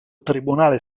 tribunale